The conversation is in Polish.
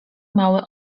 mały